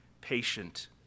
patient